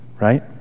right